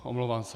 Omlouvám se.